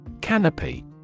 Canopy